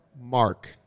mark